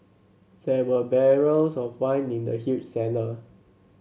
there were barrels of wine in the huge cellar